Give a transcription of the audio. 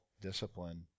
discipline